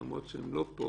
למרות שהם לא פה